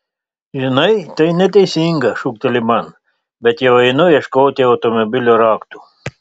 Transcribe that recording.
žinai tai neteisinga šūkteli man bet jau einu ieškoti automobilio raktų